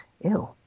Ew